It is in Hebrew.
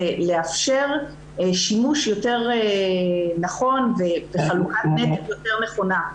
לאפשר שימוש יותר נכון וחלוקת נטל יותר נכונה.